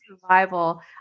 survival